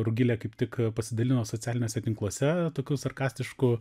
rugilė kaip tik pasidalino socialiniuose tinkluose tokiu sarkastišku